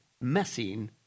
messing